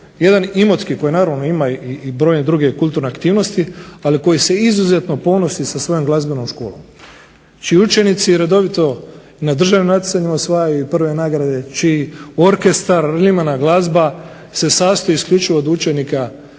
jedan Imotski koji naravno ima i brojne druge kulturne aktivnosti, ali koji se izuzetno ponosi sa svojom glazbenom školom, čiji učenici na državnim natjecanjima osvajaju i prve nagrade, čiji orkestar, limena glazba se sastoji isključivo od učenika